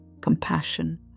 compassion